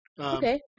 Okay